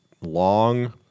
long